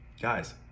Guys